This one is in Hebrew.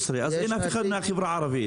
אין שם אף נציג מן החברה הערבית.